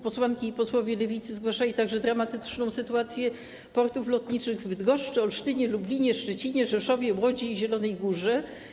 Posłanki i posłowie Lewicy zgłaszali także dramatyczną sytuację portów lotniczych w Bydgoszczy, Olsztynie, Lublinie, Szczecinie, Rzeszowie, Łodzi i Zielonej Górze.